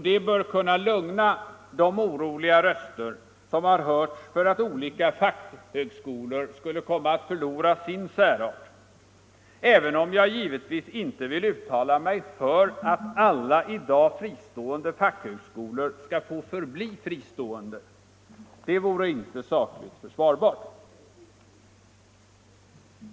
Det bör kunna lugna de oroliga röster som hörts för att olika fackhögskolor skulle komma att förlora sin särart, även om jag givetvis inte vill uttala mig för att alla i dag fristående fackhögskolor skall få förbli fristående — det vore inte sakligt försvarbart.